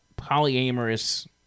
polyamorous